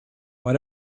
why